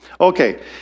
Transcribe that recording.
Okay